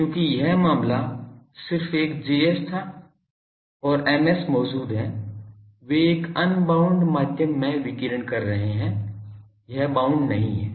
क्योंकि यह मामला सिर्फ एक Js था और Ms मौजूद हैं वे एक अनबाउंड माध्यम में विकीर्ण कर रहे हैं यह बाउंड नहीं है